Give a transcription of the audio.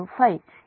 805 ఇక్కడ j 0